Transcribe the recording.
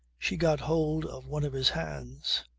she got hold of one of his hands.